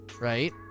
right